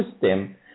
system